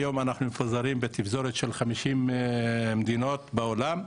היום אנחנו מפוזרים בתפזורת של חמישים מדינות בעולם.